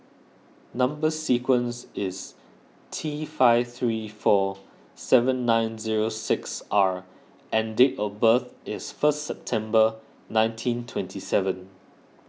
Number Sequence is T five three four seven nine zero six R and date of birth is first September nineteen twenty seven